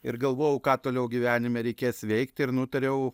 ir galvojau ką toliau gyvenime reikės veikti ir nutariau